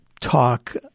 talk